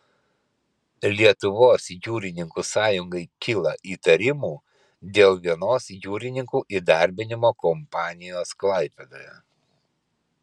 lietuvos jūrininkų sąjungai kyla įtarimų dėl vienos jūrininkų įdarbinimo kompanijos klaipėdoje